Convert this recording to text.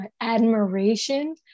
admiration